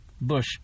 Bush